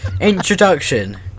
Introduction